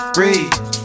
Breathe